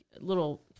little